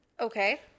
Okay